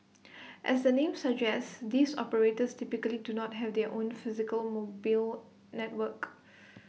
as the name suggests these operators typically do not have their own physical mo build networks